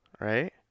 Right